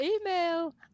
Email